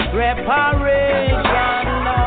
reparation